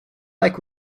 like